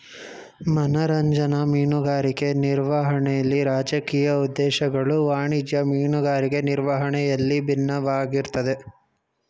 ಮನರಂಜನಾ ಮೀನುಗಾರಿಕೆ ನಿರ್ವಹಣೆಲಿ ರಾಜಕೀಯ ಉದ್ದೇಶಗಳು ವಾಣಿಜ್ಯ ಮೀನುಗಾರಿಕೆ ನಿರ್ವಹಣೆಯಲ್ಲಿ ಬಿನ್ನವಾಗಿರ್ತದೆ